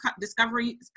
discovery